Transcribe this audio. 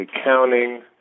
accounting